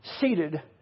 seated